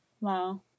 Wow